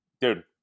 dude